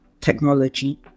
technology